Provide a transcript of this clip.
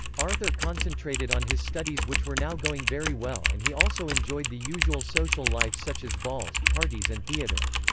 arthur concentrated on his studies which were now going very well and he also enjoyed the usual social life such as balls, parties and theater.